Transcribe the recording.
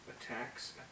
attacks